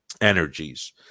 Energies